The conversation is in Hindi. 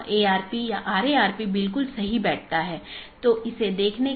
16 बिट से 216 संख्या संभव है जो कि एक बहुत बड़ी संख्या है